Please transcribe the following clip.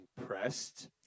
impressed